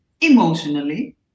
emotionally